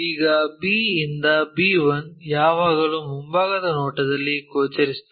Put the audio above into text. ಈಗ b ಯಿಂದ b1 ಯಾವಾಗಲೂ ಮುಂಭಾಗದ ನೋಟದಲ್ಲಿ ಗೋಚರಿಸುತ್ತದೆ